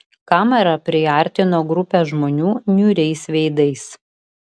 kamera priartino grupę žmonių niūriais veidais